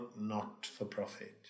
not-for-profit